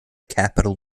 capital